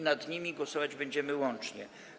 Nad nimi głosować będziemy łącznie.